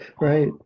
Right